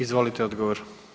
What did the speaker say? Izvolite odgovor.